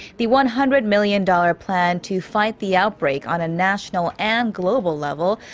the one hundred million dollar plan to fight the outbreak on a national and global level.